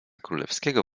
królewskiego